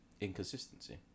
Inconsistency